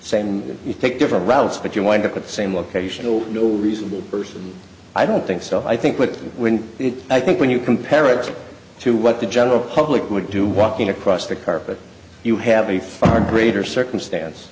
saying you take different routes but you wind up at the same locational no reasonable person i don't think so i think that when i think when you compare it to what the general public would do walking across the carpet you have a far greater circumstance